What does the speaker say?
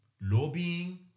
lobbying